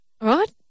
Right